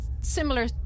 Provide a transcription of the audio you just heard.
similar